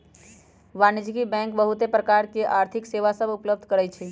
वाणिज्यिक बैंक बहुत प्रकार के आर्थिक सेवा सभ उपलब्ध करइ छै